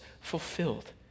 fulfilled